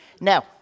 Now